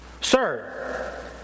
Sir